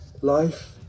life